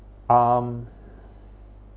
um